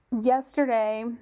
yesterday